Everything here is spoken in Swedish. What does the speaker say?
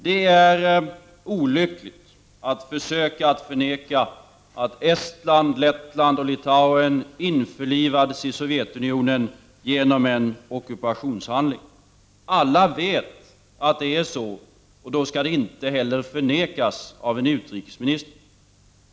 Det är olyckligt att försöka förneka att Estland, Lettland och Litauen införlivades i Sovjetunionen genom en ockupationshandling. Alla vet att det var så, och då skall det inte förnekas av en utrikesminister.